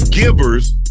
Givers